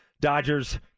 Dodgers